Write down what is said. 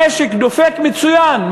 המשק דופק מצוין,